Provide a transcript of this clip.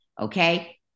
okay